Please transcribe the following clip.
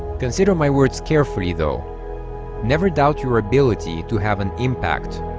consider my words carefully though never doubt your ability to have an impact